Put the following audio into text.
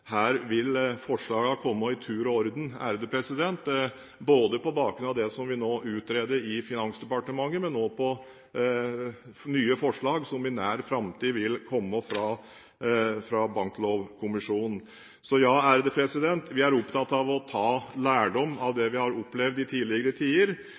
her vil forslagene komme i tur og orden, ikke bare på bakgrunn av det som vi nå utreder i Finansdepartementet, men også nye forslag som i nær framtid vil komme fra Banklovkommisjonen. Så ja, vi er opptatt av å ta lærdom av det vi har opplevd i tidligere tider,